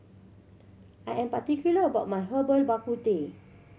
I am particular about my Herbal Bak Ku Teh